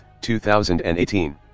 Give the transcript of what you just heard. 2018